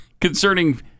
concerning